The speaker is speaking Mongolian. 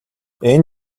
энэ